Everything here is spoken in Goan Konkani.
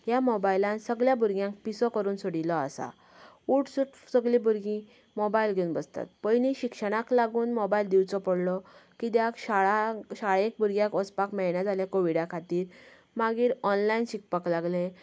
ह्या मोबायलान सगळ्या भुरग्यांक पिसो करून सोडिलो आसा उट सुठ सगळीं भुरगीं मोबायल घेवन बसतात पयलीं शिक्षणाक लागून मोबायल दिवचो पडलो कित्याक शाळा शाळेक भुरग्यांक वचपाक मेळता जाले कोविड खातीर मागीर ओनलायन शिकपाक लागले